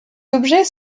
objets